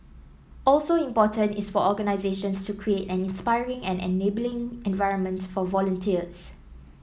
also important is for organisations to create an inspiring and enabling environment for volunteers